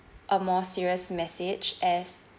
a more serious message as